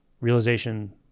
Realization